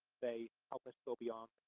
they help us go beyond